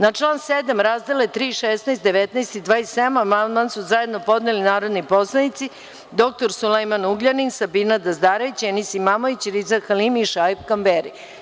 Na član 7. razdele 3,16,19. i 27 amandman su zajedno podneli narodni poslanici dr Sulejman Ugljanin, Sabina Dazdarević, Enim Imamović, Riza Halimi i Šaip Kamberi.